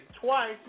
twice